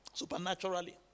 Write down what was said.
Supernaturally